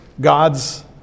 God's